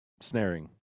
snaring